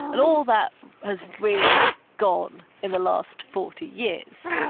and all that has really gone in the last forty years,